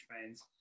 fans